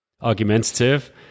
argumentative